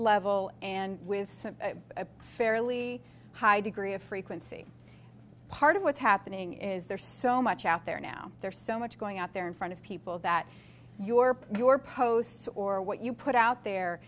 level and with a fairly high degree of frequency part of what's happening is there's so much out there now there so much going out there in front of people that your your posts or what you put out there